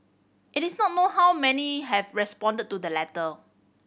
it is not known how many have responded to the letter